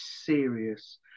serious